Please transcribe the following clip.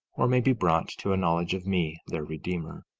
or may be brought to a knowledge of me, their redeemer.